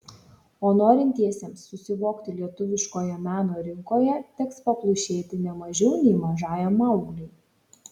o norintiesiems susivokti lietuviškoje meno rinkoje teks paplušėti ne mažiau nei mažajam maugliui